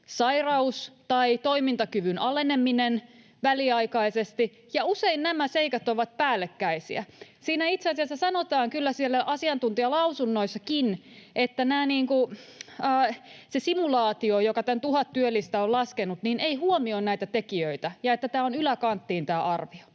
sairaus tai toimintakyvyn aleneminen väliaikaisesti, ja usein nämä seikat ovat päällekkäisiä. Siellä asiantuntijalausunnoissakin itse asiassa sanotaan kyllä, että se simulaatio, joka tämän tuhat työllistä on laskenut, ei huomioi näitä tekijöitä ja että tämä arvio on yläkanttiin.